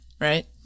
right